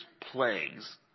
plagues